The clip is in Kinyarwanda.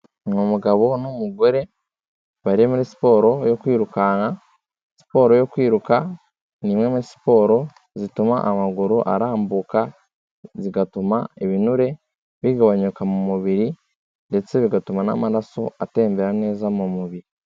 Ni umugabo n'umugore bari muri siporo yo kwirukanka. Siporo yo kwiruka ni imwe muri siporo zituma amaguru arambuka, zigatuma ibinure bigabanyoka mu mubiri ndetse bigatuma n'amaraso atembera neza mu mubiri.